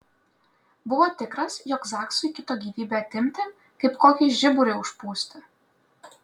buvo tikras jog zaksui kito gyvybę atimti kaip kokį žiburį užpūsti